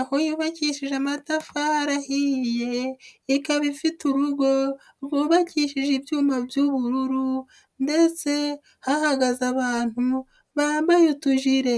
aho yubakishije amatafari ahiye, ikaba ifite urugo, rwubakishije ibyuma by'ubururu, ndetse hahagaze abantu bambaye utujire.